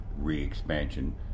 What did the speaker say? re-expansion